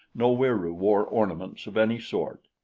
no wieroo wore ornaments of any sort.